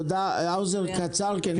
חבר הכנסת האוזר, קצר בבקשה.